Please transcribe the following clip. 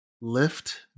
lift